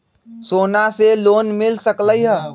सोना से लोन मिल सकलई ह?